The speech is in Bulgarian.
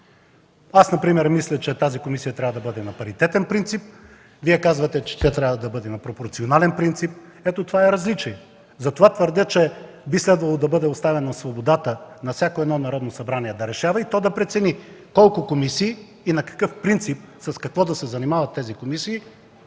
събрание. Мисля, че тази комисия трябва да бъде на паритетен принцип, Вие казвате, че тя трябва да бъде на пропорционален принцип, ето това е различието. Затова твърдя, че би следвало да бъде оставена свободата на всяко едно Народно събрание да решава и да прецени колко комисии, на какъв принцип и с какво да се занимават те,